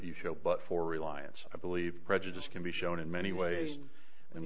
you show but for reliance i believe prejudice can be shown in many ways and